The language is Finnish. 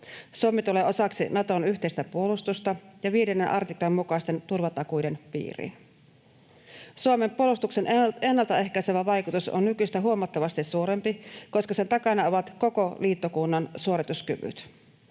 Suomi tulee osaksi Naton yhteistä puolustusta ja 5 artiklan mukaisten turvatakuiden piiriin. Suomen puolustuksen ennaltaehkäisevä vaikutus on nykyistä huomattavasti suurempi, koska sen takana ovat koko liittokunnan suorituskyvyt.